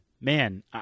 man